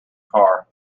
car